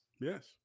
Yes